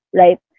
right